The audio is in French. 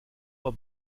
pas